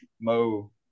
Mo